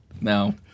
No